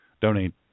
donate